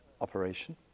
operation